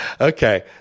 okay